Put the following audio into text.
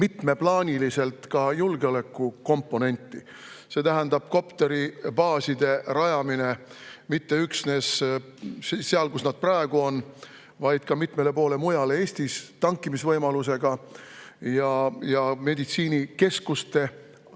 mitmeplaaniliselt ka julgeolekukomponenti. See tähendas kopteribaaside rajamist mitte üksnes seal, kus nad praegu on, vaid ka mitmele poole mujale Eestis, tankimisvõimalusega ja kohapeal või lähedal